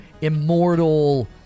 immortal